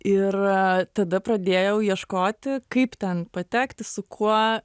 ir tada pradėjau ieškoti kaip ten patekti su kuo